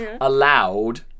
allowed